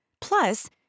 Plus